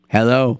Hello